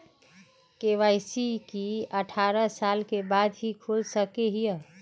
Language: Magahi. के.वाई.सी की अठारह साल के बाद ही खोल सके हिये?